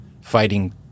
fighting